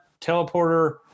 Teleporter